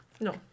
No